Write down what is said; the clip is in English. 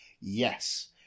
Yes